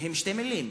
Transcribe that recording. הן שתי מלים,